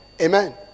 Amen